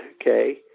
okay